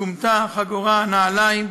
כומתה, חגורה, נעליים,